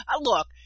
look